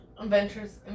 Adventures